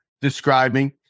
describing